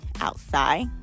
outside